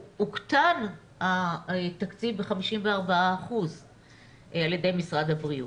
הוקטן התקציב ב-54% על ידי משרד הבריאות.